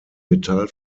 metall